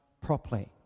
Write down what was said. properly